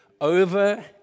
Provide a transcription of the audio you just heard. over